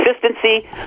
Consistency